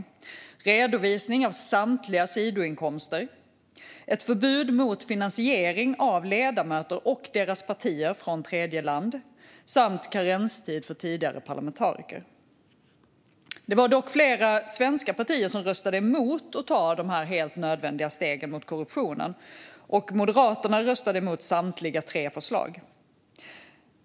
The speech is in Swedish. Förslagen gällde redovisning av samtliga sidoinkomster, förbud mot finansiering av ledamöter och deras partier från tredjeländer samt karenstid för tidigare parlamentariker. Det var dock flera svenska partier som röstade emot att ta de här helt nödvändiga stegen mot korruptionen. Moderaterna röstade emot samtliga tre förslag.